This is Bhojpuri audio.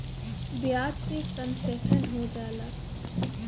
ब्याज पे कन्सेसन हो जाला